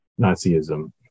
Nazism